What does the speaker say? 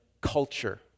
culture